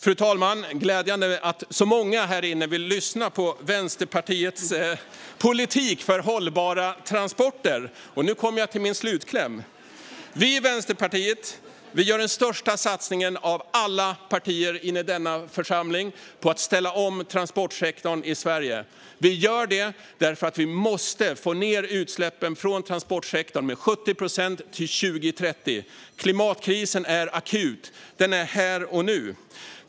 Det är glädjande att så många här inne vill lyssna på Vänsterpartiets politik för hållbara transporter. Nu kommer jag till min slutkläm. Vi i Vänsterpartiet gör den största satsningen av alla partier i denna församling på att ställa om transportsektorn i Sverige. Vi gör det därför att vi måste få ned utsläppen från transportsektorn med 70 procent till 2030. Klimatkrisen är akut. Den är här och nu.